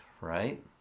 right